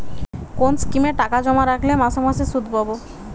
কোন স্কিমে টাকা জমা রাখলে মাসে মাসে সুদ পাব?